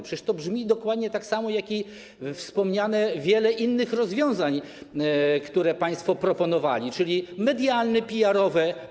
Przecież to brzmi dokładnie tak samo, jak w przypadku wspomnianych wielu innych rozwiązań, które państwo proponowali, czyli medialnie, PR-owo.